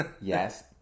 Yes